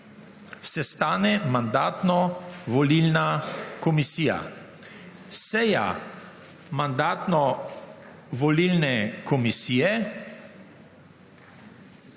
sestane Mandatno-volilna komisija. Seja Mandatno-volilne komisije